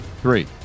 three